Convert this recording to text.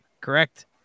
Correct